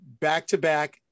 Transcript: back-to-back